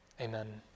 Amen